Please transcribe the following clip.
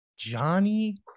Johnny